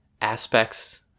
aspects